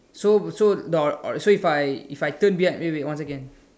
so but so the if I turn be wait wait one second